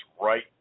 right